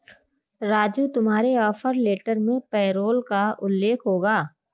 राजू तुम्हारे offer letter में payroll का उल्लेख होगा